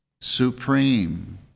supreme